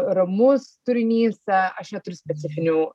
ramus turinys aš neturiu specifinių